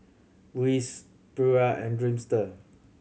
Breeze Pura and Dreamster